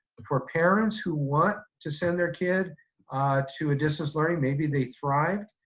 but for parents who want to send their kid to a distance learning, maybe they thrived,